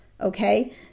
Okay